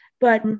but-